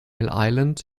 island